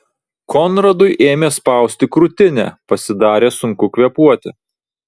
konradui ėmė spausti krūtinę pasidarė sunku kvėpuoti